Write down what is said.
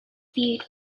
viewed